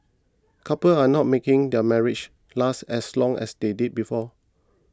couples are not making their marriages last as long as they did before